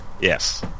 Yes